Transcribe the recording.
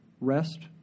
Rest